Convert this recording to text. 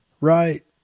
right